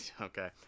Okay